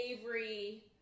Avery